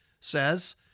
says